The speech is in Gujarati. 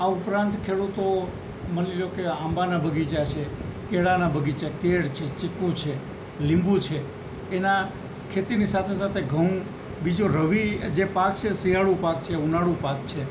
આ ઉપરાંત ખેડૂતો માની લ્યો કે આંબાના બગીચા છે કેળાંના બગીચા કેળ છે એ ચીકુ છે લીંબુ છે એના ખેતીની સાથે સાથે ઘઉં બીજો રવિ જે પાક છે શિયાળું પાક છે ઉનાળું પાક છે